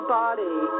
body